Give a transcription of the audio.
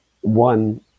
one